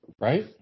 right